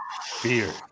Fear